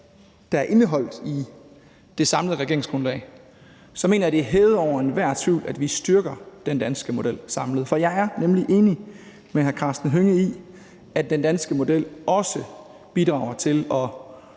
der er indeholdt i det samlede regeringsgrundlag, så mener jeg, det er hævet over enhver tvivl, at vi samlet set styrker den danske model. For jeg er nemlig enig med hr. Karsten Hønge i, at den danske model også bidrager til og